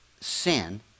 sin